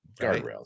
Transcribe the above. Guardrails